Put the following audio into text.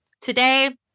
Today